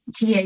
TA